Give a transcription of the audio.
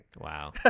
Wow